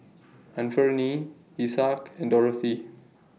Anfernee Isaak and Dorothea